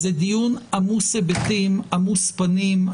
זה דיון עמוס היבטים ועמוס פנים.